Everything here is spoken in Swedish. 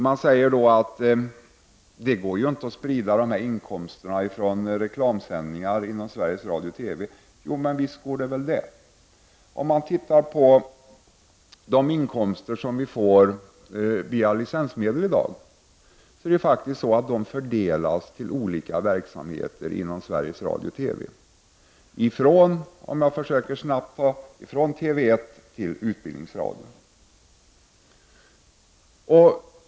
Man säger att det inte går att sprida inkomsterna från reklamsändningar inom Sveriges Radio TV, ifrån TV 1 till utbildningsradion.